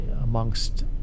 amongst